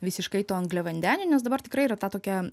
visiškai tų angliavandenių nes dabar tikrai yra ta tokia